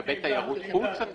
לגבי תיירות חוץ, את מתכוונת?